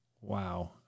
Wow